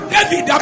David